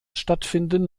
stattfinden